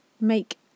make